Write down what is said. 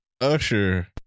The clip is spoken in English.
Usher